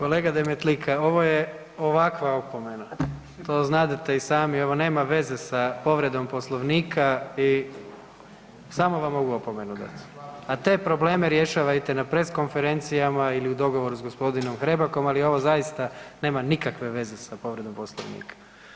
Kolega Demetlika, ovo je ovakva opomena, to znadete i sami, ovo nema veze sa povredom Poslovnika i samo vam mogu opomenu dat, a te probleme rješavajte na pres konferencijama ili u dogovoru s g. Hrebakom, ali ovo zaista nema nikakve veze sa povredom Poslovnika.